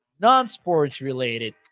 non-sports-related